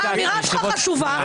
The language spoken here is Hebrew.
האמירה שלך חשובה,